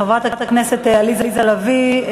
חברת הכנסת עליזה לביא,